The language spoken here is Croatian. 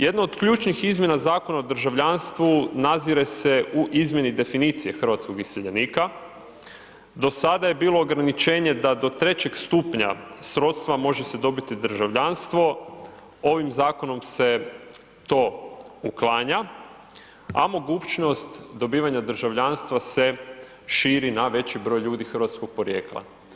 Jedna od ključnih izmjena Zakona o državljanstvu nazire se u izmjeni definiciji hrvatskog iseljenika, do sada je bilo ograničenje da do trećeg stupnja srodstva može se dobiti državljanstvo, ovim zakonom se to uklanja a mogućnost dobivanja državljanstva se širi na veći broj ljudi hrvatskog porijekla.